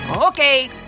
Okay